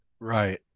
Right